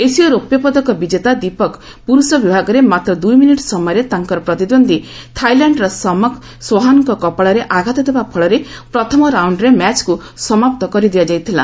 ଏସିୟ ରୌପ୍ୟ ପଦକ ବିଜେତା ଦୀପକ ପୁରୁଷ ବିଭାଗରେ ମାତ୍ର ଦୁଇ ମିନିଟ୍ ସମୟରେ ତାଙ୍କର ପ୍ରତିଦୃନ୍ଦ୍ୱୀ ଥାଇଲାଣ୍ଡର ସମଖ୍ ସେହାନ୍ଙ୍କ କପାଳରେ ଆଘାତ ଦେବା ଫଳରେ ପ୍ରଥମ ରାଉଣ୍ଡରେ ମ୍ୟାଚ୍କୁ ସମାପ୍ତ କରିଦିଆଯାଇଥିଲା